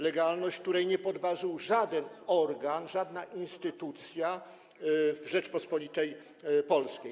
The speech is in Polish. Legalność, której nie podważył żaden organ, żadna instytucja w Rzeczypospolitej Polskiej.